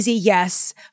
yes